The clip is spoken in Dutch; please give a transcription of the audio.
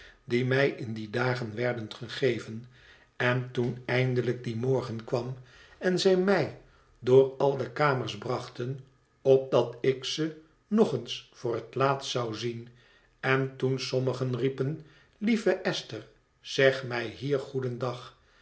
die mij in die dagen werden gegeven en toen eindelijk die morgen kwam en zij mij door al de kamers brachten opdat ik ze nog eens voor het laatst zou zien en toen sommigen riepen lieve esther zeg mij hier goedendag